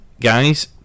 guys